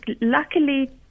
Luckily